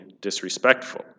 disrespectful